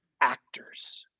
actors